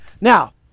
Now